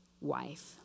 wife